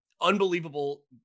unbelievable